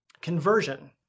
Conversion